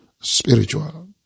spiritual